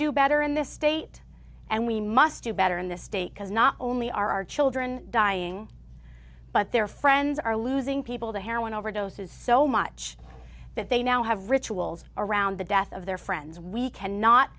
do better in this state and we must do better in this state because not only are our children dying but their friends are losing people to heroin overdoses so much that they now have rituals around the death of their friends we cannot